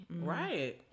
Right